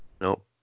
Nope